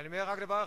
אומר רק דבר אחד.